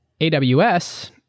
AWS